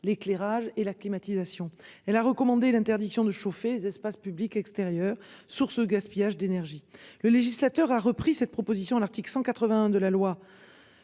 l'éclairage et la climatisation. Elle a recommandé l'interdiction de chauffer les espaces publics extérieurs sur ce gaspillage d'énergie. Le législateur a repris cette proposition à l'article 181 de la loi.